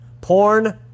Porn